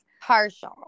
partial